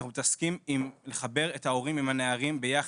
אנחנו מתעסקים עם לחבר את ההורים עם הנערים ביחד,